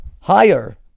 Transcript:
Higher